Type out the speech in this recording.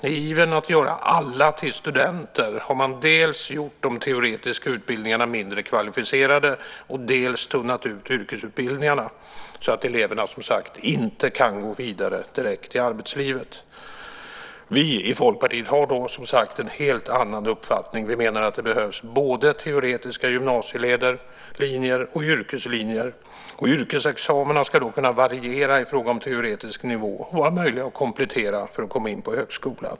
I ivern att göra alla till studenter har man dels gjort de teoretiska utbildningarna mindre kvalificerade, dels tonat ut yrkesutbildningarna så att eleverna, som sagt, inte kan gå vidare direkt till arbetslivet. Vi i Folkpartiet har en helt annan uppfattning. Vi menar att det behövs både teoretiska gymnasielinjer och yrkeslinjer. Yrkesexamina ska då kunna variera i fråga om teoretisk nivå och vara möjliga att komplettera för att komma in på högskolan.